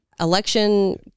Election